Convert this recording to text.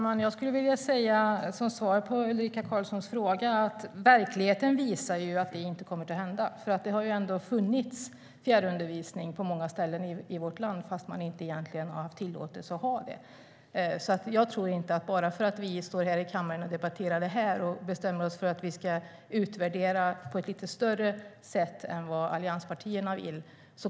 Fru talman! Som svar på Ulrika Carlssons fråga skulle jag vilja säga att verkligheten visar att det inte kommer att hända. Det har funnits fjärrundervisning på många ställen i vårt land, trots att man egentligen inte har haft tillåtelse till det. Jag tror inte att man genast kommer att sluta med fjärrundervisning bara för att vi står här i kammaren och debatterar det här och bestämmer oss för att utvärdera på ett mer omfattande sätt än allianspartierna vill.